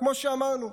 כמו שאמרנו,